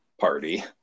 party